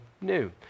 new